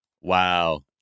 Wow